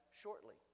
shortly